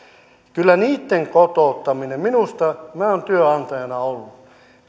kyllä niitten kotouttaminen minä olen työnantajana ollut